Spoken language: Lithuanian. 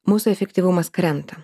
mūsų efektyvumas krenta